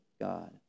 God